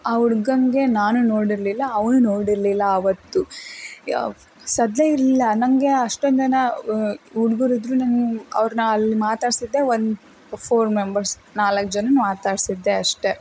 ಆ ಹುಡ್ಗಂಗೆ ನಾನು ನೋಡಿರಲಿಲ್ಲ ಅವನೂ ನೋಡಿರಲಿಲ್ಲ ಆವತ್ತು ಸದ್ದೇ ಇರಲಿಲ್ಲ ನನಗೆ ಅಷ್ಟೊಂದು ಜನ ಹುಡ್ಗರು ಇದ್ದರೂ ನಂಗೆ ಅವ್ರನ್ನ ಅಲ್ಲಿ ಮಾತಾಡಿಸಿದ್ದೇ ಒಂದು ಫೋರ್ ಮೆಂಬರ್ಸ್ ನಾಲ್ಕು ಜನ್ರನ್ನ ಮಾತಾಡಿಸಿದ್ದೆ ಅಷ್ಟೆ